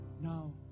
Now